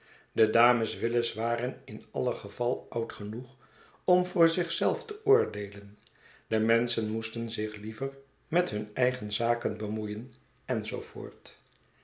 de dames willis waren in alle gevai oud genoeg om voor zich zelf te oordeelen de menschen moesten zich liever met hun eigen zaken bemoeien